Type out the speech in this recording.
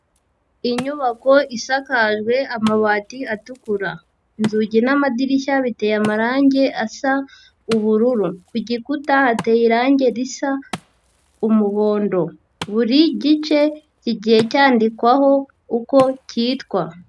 Inyubako isakajwe amabati atukura, inzugi namadirishya biteye amarangi asa ubururu, ku gikuta hateye irangi risa umuhondo, buri gice kigiye cyandikwaho uko kitwa.